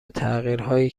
تغییرهایی